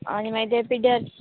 आनी मागीर ते पिड्ड्यार